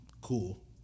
Cool